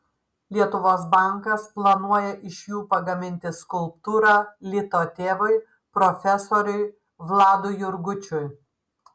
lietuvos bankas planuoja iš jų pagaminti skulptūrą lito tėvui profesoriui vladui jurgučiui